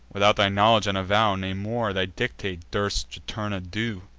without thy knowledge and avow, nay more, thy dictate, durst juturna do?